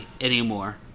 anymore